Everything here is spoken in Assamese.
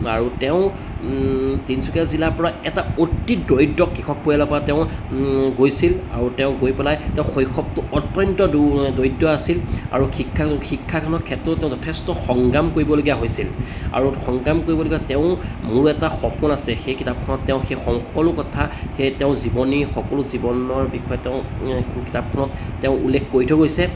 আৰু তেওঁ তিনিচুকীয়া জিলাৰ পৰা এটা অতি দৰিদ্ৰ কৃষক পৰিয়ালৰ পৰা তেওঁ গৈছিল আৰু তেওঁ গৈ পেলাই তেওঁ শৈশৱটো অত্যন্ত দৰিদ্ৰ আছিল আৰু শিক্ষা শিক্ষা গ্ৰহণৰ ক্ষেত্ৰতো তেওঁ যথেষ্ট সংগ্ৰাম কৰিবলগীয়া হৈছিল আৰু সংগ্ৰাম কৰিবলগীয়া তেওঁ মোৰো এটা সপোন আছে সেই কিতাপখনত তেওঁ সেই সকলো কথা সেই তেওঁ জীৱনী সকলো জীৱনৰ বিষয়ে তেওঁ কিতাপখনত তেওঁ উল্লেখ কৰি থৈ গৈছে